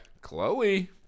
Chloe